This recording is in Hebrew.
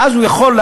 ואז הוא יכול,